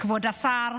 כבוד השר,